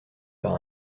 par